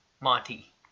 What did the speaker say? monty